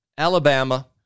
Alabama